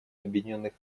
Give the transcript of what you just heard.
объединенных